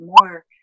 more